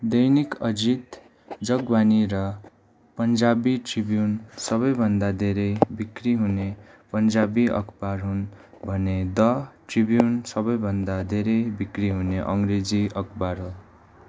दैनिक अजित जगबानी र पन्जाबी ट्रिब्युन सबैभन्दा धेरै बिक्री हुने पन्जाबी अखबार हुन् भने द ट्रिब्युन सबैभन्दा धेरै बिक्री हुने अङ्ग्रेजी अखबार हो